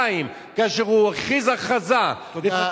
שבעתיים כאשר הוא הכריז הכרזה, תודה.